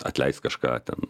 atleiks kažką ten